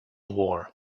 war